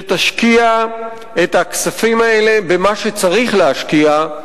שתשקיע את הכספים האלה במה שצריך להשקיע,